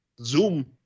Zoom